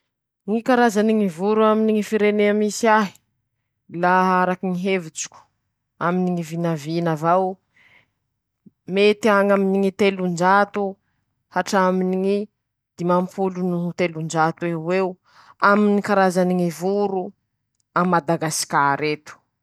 Valo ñy isany ñy biby fa nanañako :-ñ'akoho, ñy koso, ñ'aosy, ñ'aondry, misy koa ñ'alika, ñy piso, ñy voritsiloza, ñy giso, rezay ñy voroñy biby no fa nanañako.